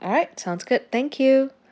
alright sounds good thank you